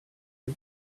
his